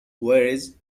whereas